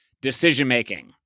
Decision-making